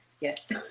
yes